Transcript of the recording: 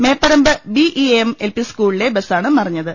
Meparamba B E M L P സ ്കൂളിലെ ബസ്സാണ് മറിഞ്ഞത്